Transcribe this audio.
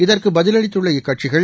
இதற்கு பதிலளித்துள்ள இக்கட்சிகள்